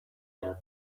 yet